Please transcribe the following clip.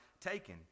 taken